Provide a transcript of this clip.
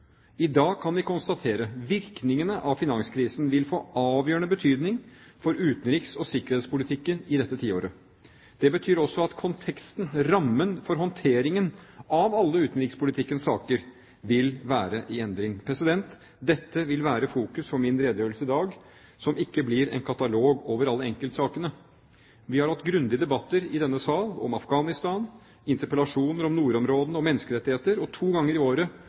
I dag kan vi konstatere: Virkningene av finanskrisen vil få avgjørende betydning for utenriks- og sikkerhetspolitikken i dette tiåret. Det betyr også at konteksten, rammen for håndteringen av alle utenrikspolitikkens saker, vil være i endring. Dette vil være fokus for min redegjørelse i dag, som ikke blir en katalog over alle enkeltsakene. Vi har hatt grundige debatter i denne sal om Afghanistan, interpellasjoner om Nordområdene og menneskerettigheter, og to ganger i året